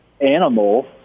animal